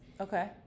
Okay